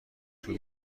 طول